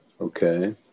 Okay